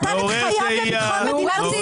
הוא נתן את חייו לביטחון מדינת ישראל.